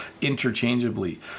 interchangeably